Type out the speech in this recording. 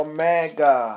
Omega